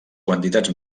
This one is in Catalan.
quantitats